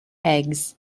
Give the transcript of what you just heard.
eggs